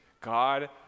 God